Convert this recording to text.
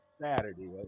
Saturday –